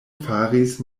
faris